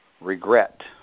regret